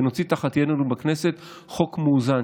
ונוציא תחת ידנו בכנסת חוק מאוזן,